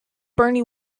bernie